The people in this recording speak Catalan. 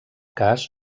cas